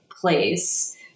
place